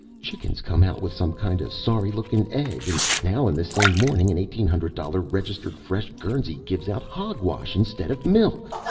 chickens come out with some kind of sorry-looking egg and now, in the same morning, an eighteen hundred dollar registered, fresh guernsey gives out hogwash instead of milk.